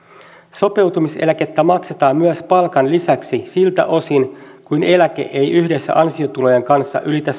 sopeutumiseläkettä maksetaan myös palkan lisäksi siltä osin kuin eläke ei yhdessä ansiotulojen kanssa ylitä